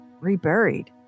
reburied